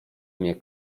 mnie